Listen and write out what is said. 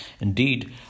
Indeed